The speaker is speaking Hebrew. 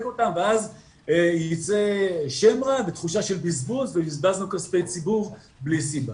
אותן ואז ייצא שם רע ותחושה של בזבוז ובזבזנו כספי ציבור בלי סיבה.